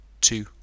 two